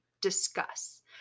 discuss